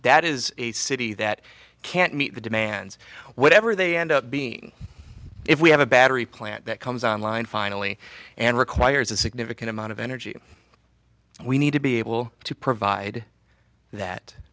that is a city that can't meet the demands whatever they end up being if we have a battery plant that comes on line finally and requires a significant amount of energy we need to be able to provide that